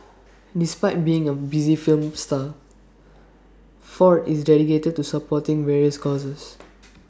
despite being A busy film star Ford is dedicated to supporting various causes